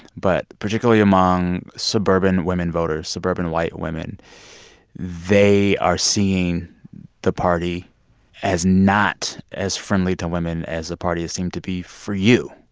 but particularly among suburban women voters suburban white women they are seeing the party as not as friendly to women as the party has seemed to be for you.